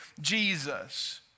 Jesus